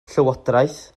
llywodraeth